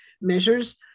measures